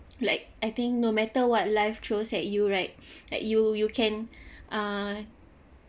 like I think no matter what life throws at you right like you you can uh